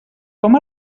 com